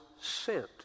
sent